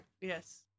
Yes